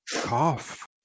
cough